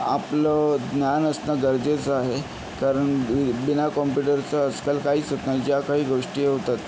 आपलं ज्ञान असणं गरजेचं आहे कारण बी बिना कॉम्प्युटरचं आजकाल काहीच होत नाही ज्या काही गोष्टी होतात